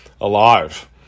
alive